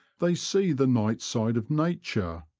they see the night side of nature,